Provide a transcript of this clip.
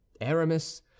Aramis